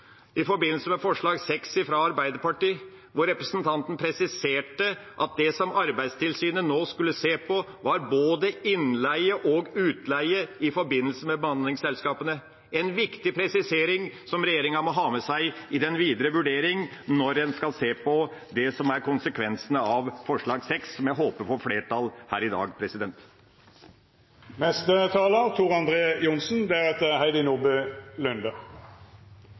i forbindelse med forslag nr. 6 fra Arbeiderpartiet, hvor representanten presiserte at det Arbeidstilsynet nå skulle se på, var både innleie og utleie i forbindelse med bemanningsselskapene. Det er en viktig presisering som regjeringa må ha med seg i den videre vurdering når en skal se på det som er konsekvensene av forslag nr. 6, som jeg håper får flertall her i dag.